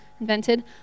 invented